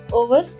over